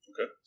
Okay